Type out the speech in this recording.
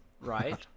right